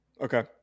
Okay